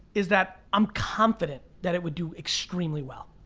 is that i'm confident that it would do extremely well.